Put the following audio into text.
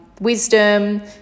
wisdom